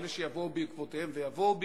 ואלו שיבואו בעקבותיהם,